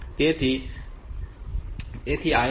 તેથી INTR 5